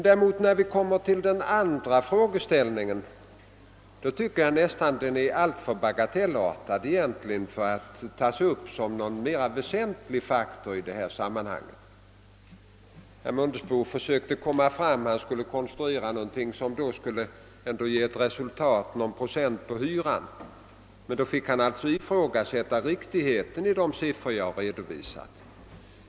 Däremot tycker jag att den andra frågan är alltför bagatellartad för att kunna tas upp som någon mera väsentlig faktor i sammanhanget. Herr Mundebo försökte göra en konstruktion som skulle ge till resultat någon procent på hyran, men då måste han ifrågasätta riktigheten av de siffror jag har redovisat.